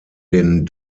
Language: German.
den